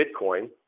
Bitcoin